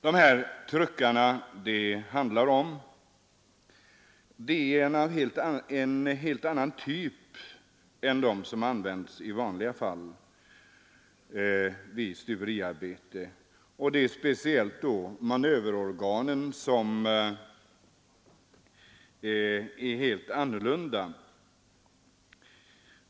De här truckarna är av en helt annan typ än de som i vanliga fall används vid stuveriarbete. Det är speciellt manöverorganen som är helt annorlunda.